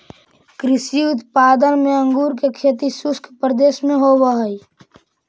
कृषि उत्पाद में अंगूर के खेती शुष्क प्रदेश में होवऽ हइ